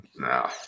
No